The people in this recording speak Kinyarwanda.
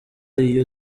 iyo